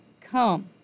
Come